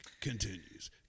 continues